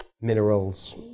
Minerals